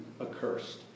accursed